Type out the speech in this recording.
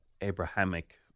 Abrahamic